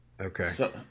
okay